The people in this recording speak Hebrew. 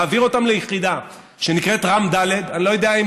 מעביר אותם ליחידה שנקראת ר"ם ד' אני לא יודע,